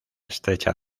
estrecha